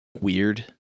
weird